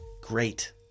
great